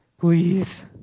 please